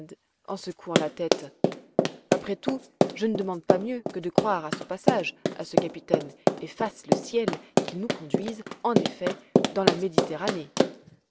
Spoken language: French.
en secouant la tête après tout je ne demande pas mieux que de croire à son passage à ce capitaine et fasse le ciel qu'il nous conduise en effet dans la méditerranée